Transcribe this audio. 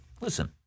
Listen